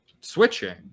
switching